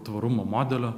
tvarumo modelio